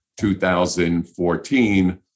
2014